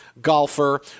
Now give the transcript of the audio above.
golfer